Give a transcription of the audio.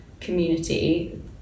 community